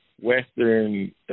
Western